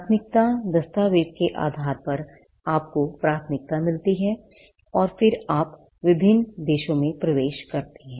प्राथमिकता दस्तावेज के आधार पर आपको प्राथमिकता मिलती है और फिर आप विभिन्न देशों में प्रवेश करते हैं